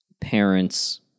parents